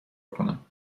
کنم